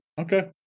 Okay